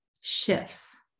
shifts